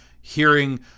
hearing